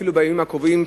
אפילו בימים הקרובים,